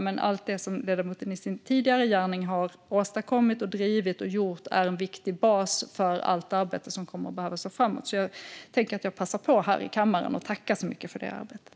Men allt det som ledamoten i sin tidigare gärning har åstadkommit, drivit och gjort är en viktig bas för allt arbete som kommer att behöva göras framåt. Jag vill därför passa på att här i kammaren tacka så mycket för det arbetet.